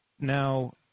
Now